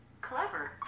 Clever